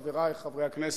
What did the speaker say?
חברי חברי הכנסת,